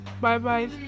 Bye-bye